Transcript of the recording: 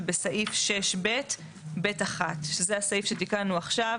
ובסעיף 6ב(ב)(1) שזה הסעיף שתקנו עכשיו